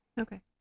Okay